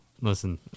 listen